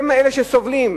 הם אלה שסובלים.